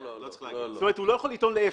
זאת אומרת, הוא לא יכול לטעון לאפס.